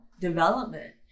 development